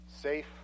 safe